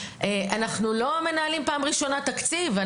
אנחנו לא מנהלים פעם ראשונה תקציב.